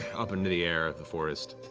up into the air of the forest.